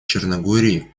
черногории